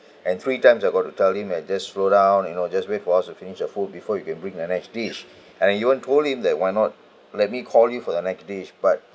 and three times I got to tell him at just slow down uh you know just wait for us to finish our food before you can bring the next dish and he even told him that why not let me call you for the next dish but